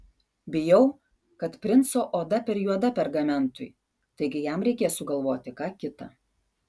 bijau kad princo oda per juoda pergamentui taigi jam reikės sugalvoti ką kita